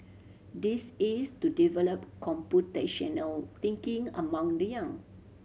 this is to develop computational thinking among the young